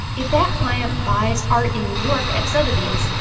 if that client buys art in new york at sotheby's,